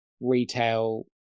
retail